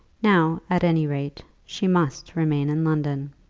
now at any rate she must remain in london.